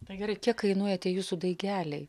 tai gerai kiek kainuoja tie jūsų daigeliai